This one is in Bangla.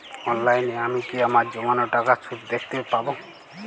অনলাইনে আমি কি আমার জমানো টাকার সুদ দেখতে পবো?